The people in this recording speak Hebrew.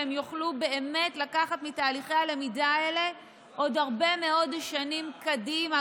והם יוכלו באמת לקחת מתהליכי הלמידה האלה עוד הרבה מאוד שנים קדימה,